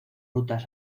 rutas